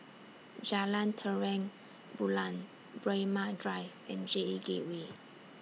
Jalan Terang Bulan Braemar Drive and J Gateway